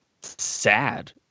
sad